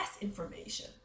information